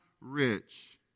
rich